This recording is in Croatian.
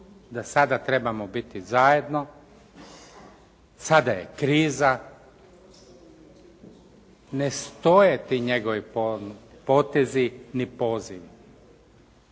da sada trebamo biti zajedno, sada je kriza, ne stoje ti njegovi potezi ni pozivi.